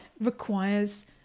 requires